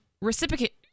reciprocate